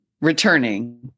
returning